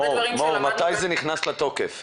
מור, מתי זה נכנס לתוקף?